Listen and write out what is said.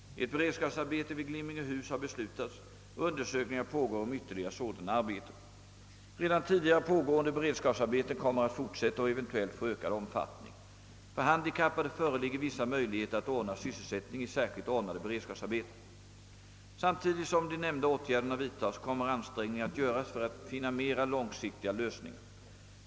Ett beredskapsarbete vid Glimmingehus har beslutats, och undersökningar pågår om ytterligare sådana arbeten. Redan tidigare pågående beredskapsarbeten kommer att fortsätta och eventuellt få ökad omfattning. För handikappade föreligger vissa möjligheter att ordna sysselsättning i särskilt ordnade beredskapsarbeten. Samtidigt som de nämnda åtgärderna vidtas kommer ansträngningar att göras för att finna mera långsiktiga lösningar.